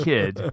Kid